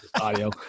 audio